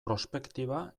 prospektiba